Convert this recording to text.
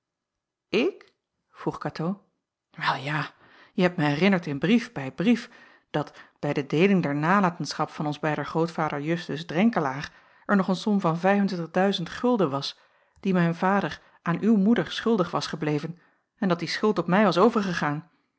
ik vroeg katoo wel ja je hebt mij herinnerd in brief bij brief dat bij de deeling der nalatenschap van ons beider grootvader justus drenkelaer er nog een som van was die mijn vader aan uw moeder schuldig was gebleven en dat die schuld op mij was overgegaan